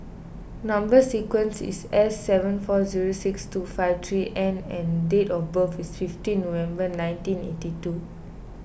Number Sequence is S seven four zero six two five three N and date of birth is fifteen November nineteen eighty two